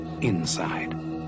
Inside